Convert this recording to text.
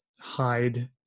hide